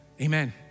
Amen